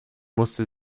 musste